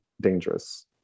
dangerous